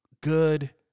good